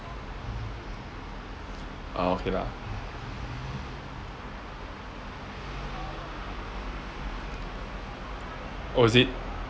orh okay lah oh is it